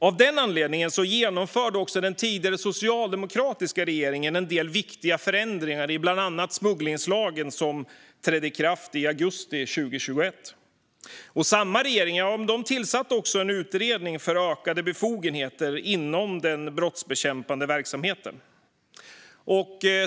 Av denna anledning genomförde den tidigare socialdemokratiska regeringen en del viktiga förändringar i bland annat smugglingslagen, som trädde i kraft i augusti 2021. Samma regering tillsatte en utredning för ökade befogenheter inom den brottsbekämpande verksamheten.